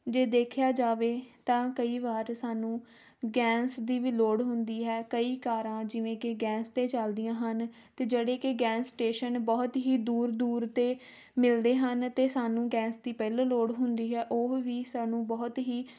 ਜੇ ਦੇਖਿਆ ਜਾਵੇ ਤਾਂ ਕਈ ਵਾਰ ਸਾਨੂੰ ਗੈਸ ਦੀ ਵੀ ਲੋੜ ਹੁੰਦੀ ਹੈ ਕਈ ਕਾਰਾਂ ਜਿਵੇਂ ਕਿ ਗੈਸ 'ਤੇ ਚੱਲਦੀਆਂ ਹਨ ਅਤੇ ਜਿਹੜੀ ਕਿ ਗੈਸ ਸਟੇਸ਼ਨ ਬਹੁਤ ਹੀ ਦੂਰ ਦੂਰ 'ਤੇ ਮਿਲਦੇ ਹਨ ਅਤੇ ਸਾਨੂੰ ਗੈਸ ਦੀ ਪਹਿਲੋਂ ਲੋੜ ਹੁੰਦੀ ਹੈ ਉਹ ਵੀ ਸਾਨੂੰ ਬਹੁਤ ਹੀ